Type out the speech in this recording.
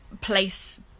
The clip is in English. place